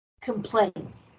complaints